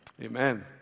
Amen